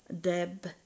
Deb